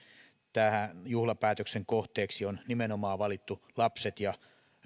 juhlapäätöksen kohteeksi on nimenomaan valittu lapset ja